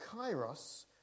kairos